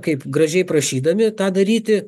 kaip gražiai prašydami tą daryti